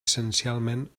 essencialment